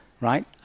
right